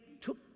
took